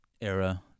era